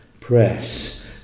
Press